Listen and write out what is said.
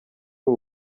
ubu